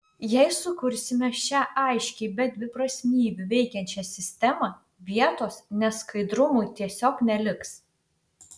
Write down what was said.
jei sukursime šią aiškiai be dviprasmybių veikiančią sistemą vietos neskaidrumui tiesiog neliks